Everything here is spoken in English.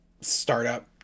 startup